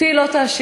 אותי לא תאשימו,